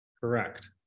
correct